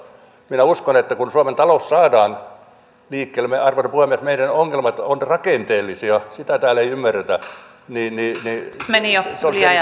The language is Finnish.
minä uskon että kun suomen talous saadaan liikkeelle arvoisa puhemies meidän ongelmamme ovat rakenteellisia sitä täällä ei ymmärretä niin olisi erittäin tärkeätä saada